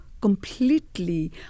completely